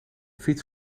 fiets